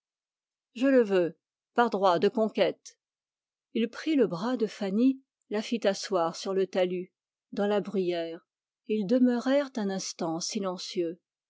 je le veux par droit de conquête il prit le bras de fanny la fit asseoir sur le talus dans la bruyère et ils demeurèrent un instant silencieux